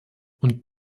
und